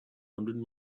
hundred